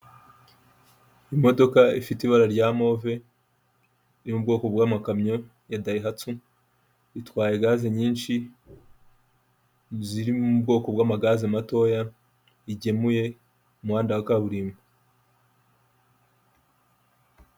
Imodoka ifite ibara rya move yo mu bwoko bw'amakamyo ya dayihatso itwaye gazi nyinshi ziri mu bwoko bw'amagare matoya igemuye umuhanda wa kaburimbo.